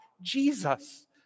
Jesus